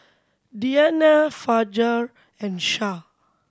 Diyana Fajar and Shah